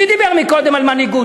מי דיבר קודם על מנהיגות?